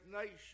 nation